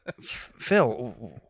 Phil